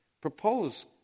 propose